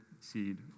seed